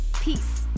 Peace